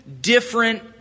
different